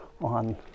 on